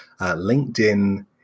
LinkedIn